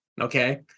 Okay